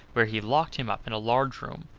where he locked him up in a large room,